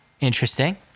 interesting